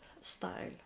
style